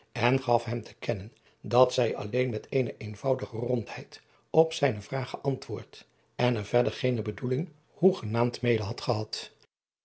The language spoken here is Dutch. en gaf hem te kennen dat zij alleen met eene eenvoudige rondheid op zijne vraag geantwoord en er verder geene bedoeling hoegenaamd mede had gehad